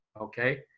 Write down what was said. okay